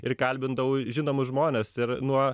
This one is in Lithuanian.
ir kalbindavau žinomus žmones ir nuo